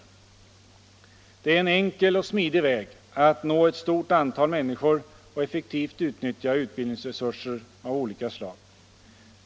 Det är en enkel och smidig väg att nå ett stort antal människor och effektivt utnyttja utbildningsresurser av olika slag.